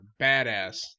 badass